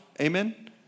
amen